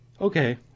okay